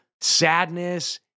sadness